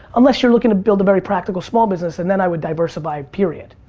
unless you're looking to build a very practical small business, and then i would diversify, period.